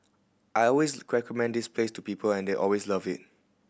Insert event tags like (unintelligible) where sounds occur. I always (unintelligible) mend this place to people and they always love it